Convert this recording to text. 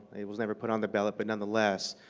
it was never put on the ballot, but nonetheless,